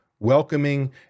welcoming